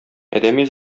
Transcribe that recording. адәми